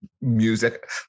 music